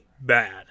bad